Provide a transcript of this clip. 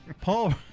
Paul